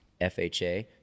FHA